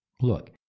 Look